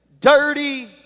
dirty